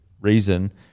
reason